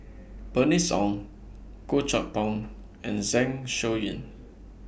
Bernice Ong Goh Chok Tong and Zeng Shouyin